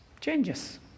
changes